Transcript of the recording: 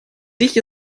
dich